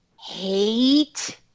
hate